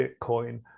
Bitcoin